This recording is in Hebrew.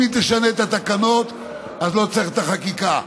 אם היא תשנה את התקנות אז לא צריך את החקיקה,